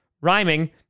rhyming